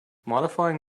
modifying